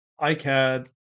ICAD